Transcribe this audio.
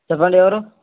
చెప్పండి ఎవరు